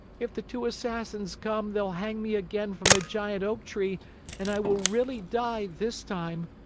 if the two assassins come, they'll hang me again from the giant oak tree and i will really die, this time.